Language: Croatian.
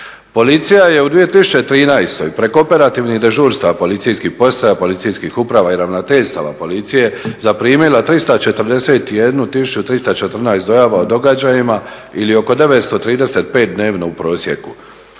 Policija je u 2013. preko operativnih dežurstava policijskih postaja, policijskih uprava i Ravnateljstava policije zaprimila 341314 dojava o događajima ili oko 935 dnevno u prosjeku.